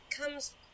comes